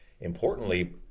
Importantly